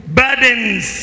burdens